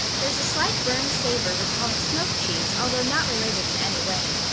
there's a slight burned savor recalling smoked cheese, although not related in any way.